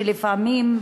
שלפעמים,